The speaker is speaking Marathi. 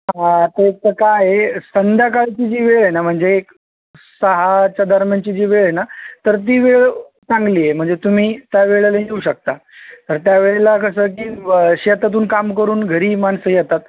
हां त्याचं काय आहे संध्याकाळची जे वेळ आहे ना म्हणजे सहाच्या दरम्यानची जे वेळ आहे ना तर ती वेळ चांगली आहे म्हणजे तुम्ही त्या वेळेला ठेऊ शकता कारण त्या वेळेला कसं की शेतातून काम करून घरी माणसं येतात